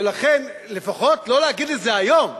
ולכן לפחות לא להגיד את זה היום.